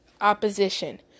opposition